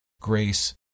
grace